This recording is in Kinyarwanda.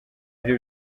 byo